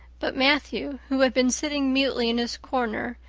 but matthew, who had been sitting mutely in his corner,